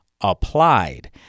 applied